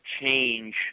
change